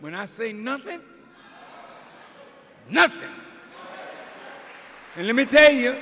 when i say nothing and let me tell you